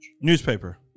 newspaper